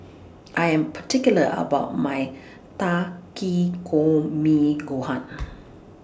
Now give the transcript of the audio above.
I Am particular about My Takikomi Gohan